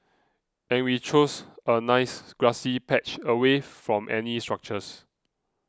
and we chose a nice grassy patch away from any structures